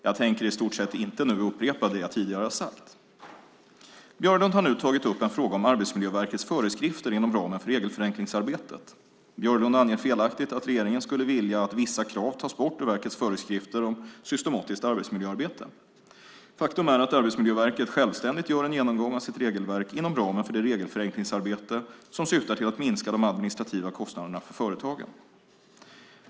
Jag tänker i stort sett inte nu upprepa det jag tidigare sagt. Björlund har nu tagit upp en fråga om Arbetsmiljöverkets föreskrifter inom ramen för regelförenklingsarbetet. Björlund anger felaktigt att regeringen skulle vilja att vissa krav tas bort ur verkets föreskrifter om systematiskt arbetsmiljöarbete. Faktum är att Arbetsmiljöverket självständigt gör en genomgång av sitt regelverk inom ramen för det regelförenklingsarbete som syftar till att minska de administrativa kostnaderna för företagen.